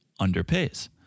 underpays